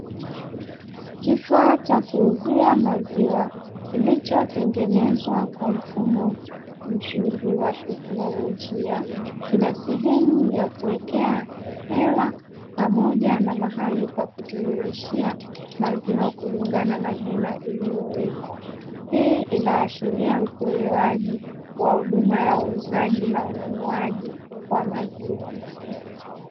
Kifaa cha kuuzia maziwa kilichotengenezwa kwa mfumo mzuri wa teknolojia, kina sehemu ya kuwekea hela pamoja na mahali pa kutiririshia maziwa kulingana na hela iliyowekwa. Hii inaashiria utolewaji wa huduma ya uuzaji na ununuaji wa maziwa.